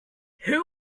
who